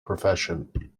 profession